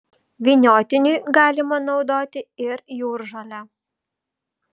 vyniotiniui galima naudoti ir jūržolę